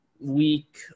Week